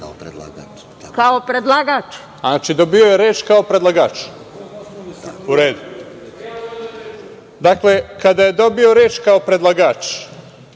Kao predlagač. **Enis Imamović** Znači, dobijao je reč kao predlagač. U redu. Dakle, kada je dobio reč kao predlagač